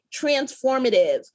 transformative